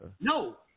no